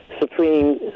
Supreme